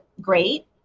great